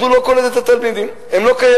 אז הוא לא קולט את התלמידים, הם לא קיימים.